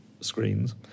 screens